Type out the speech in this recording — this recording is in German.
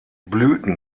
blüten